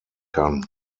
kann